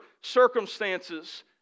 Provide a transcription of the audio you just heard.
circumstances